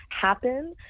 happen